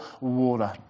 water